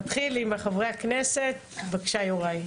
נתחיל עם חברי הכנסת, בבקשה יוראי.